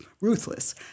ruthless